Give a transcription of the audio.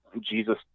Jesus